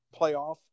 playoff